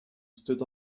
stood